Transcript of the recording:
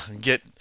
get